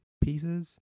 pieces